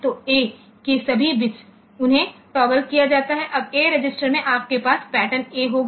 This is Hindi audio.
तो ए के सभी बिट्स उन्हें टॉगल किया जाता है अब ए रजिस्टर में आपके पास पैटर्न ए होगा